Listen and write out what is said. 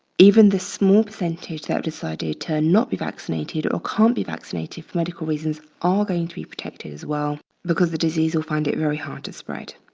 even the small percentage that have decided to not be vaccinated or or can't be vaccinated for medical reasons are going to be protected as well because the disease will find it very hard to spread.